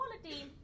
quality